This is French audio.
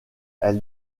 elle